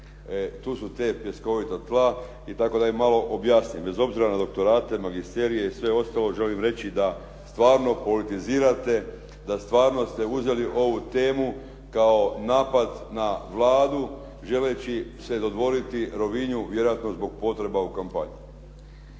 Tu su ta pjeskovita tla i tako da im malo objasnim, bez obzira na doktorate, magisterije i sve ostalo želim reći da stvarno politizirate, da stvarno ste uzeli ovu temu kao napad na Vladu želeći se dodvoriti Rovinju vjerojatno zbog potreba u kampanji.